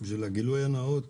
גילוי נאות